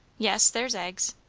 yes, there's eggs.